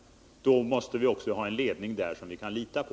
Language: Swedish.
Då måste Svenska Varv också ha en ledning som vi kan lita på.